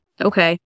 Okay